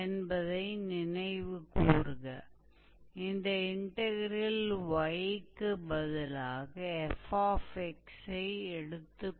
और इसी तरह रेक्टिफायर या आर्क की लंबाई की गणना निम्न तरीके से की जा सकती है